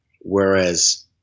whereas